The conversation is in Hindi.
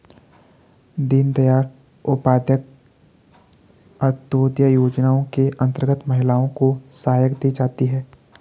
दीनदयाल उपाध्याय अंतोदय योजना के अंतर्गत महिलाओं को सहायता दी जाती है